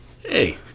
Hey